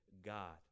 God